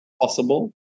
possible